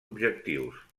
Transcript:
objectius